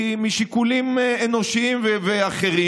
משיקולים אנושיים ואחרים.